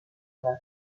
her